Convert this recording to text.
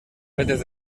fetes